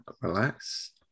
relax